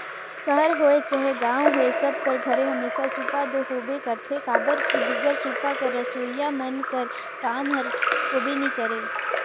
सहर होए चहे गाँव होए सब कर घरे हमेसा सूपा दो होबे करथे काबर कि बिगर सूपा कर रधोइया मन कर काम हर होबे नी करे